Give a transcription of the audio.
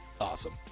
Awesome